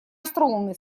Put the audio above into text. остроумный